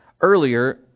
Earlier